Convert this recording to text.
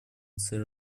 цель